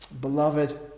Beloved